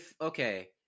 okay